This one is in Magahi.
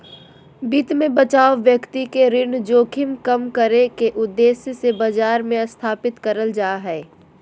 वित्त मे बचाव व्यक्ति के ऋण जोखिम कम करे के उद्देश्य से बाजार मे स्थापित करल जा हय